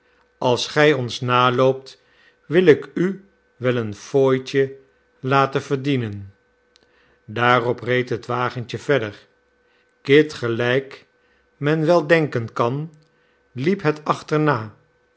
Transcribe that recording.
als gij ons naloopt wil ik u wel een fooitje laten verdienen daarop reed het wagentje verder kit gelijk men wel denken kan liep het achterna